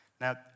Now